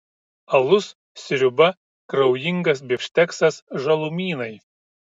alus sriuba kraujingas bifšteksas žalumynai